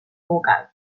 vocal